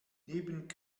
neben